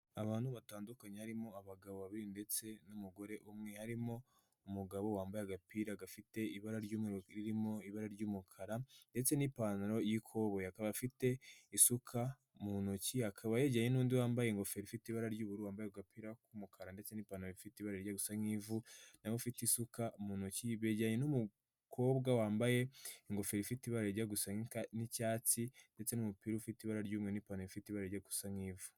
Abantu batandukanye harimo abagabo babiri ndetse n'umugore umwe, harimo umugabo wambaye agapira gafite ibara ry'umuru ririmo ibara ry'umukara, ndetse n'ipantaro y'ikoboyi. Akaba afite isuka mu ntoki, akaba yejyeranye n'undi wambaye ingofero ifite ibara ry'uburu wambaye agapira k'umukara ndetse n'ipantarofite ibara ryesa nk'ivu nawe ufite isuka mu ntoki, begeranyeye n'umukobwa wambaye ingofero ifite ibara rijya gusa n'icyatsi ndetse n'umupira ufite ibara ry'ubururu n'ipantaro fite ibara rijya gusa nk'ivu.